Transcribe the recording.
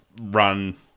run